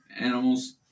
animals